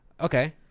Okay